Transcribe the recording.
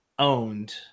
owned